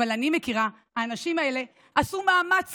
אבל אני מכירה: האנשים האלה עשו מאמץ